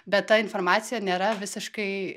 bet ta informacija nėra visiškai